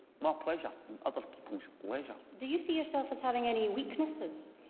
my pleasure in other people's leisure. do you see yourself as having any weaknesses?